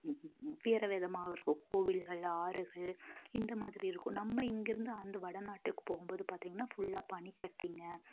வேறு விதமாகவும் இருக்கும் கோவில்கள் ஆறுகள் இந்தமாதிரி இருக்கும் நம்ம இங்கிருந்து அந்த வட நாட்டுக்கு போகும்போது பார்த்திங்கன்னா ஃபுல்லா பனிக்கட்டிங்க